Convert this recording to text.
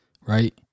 right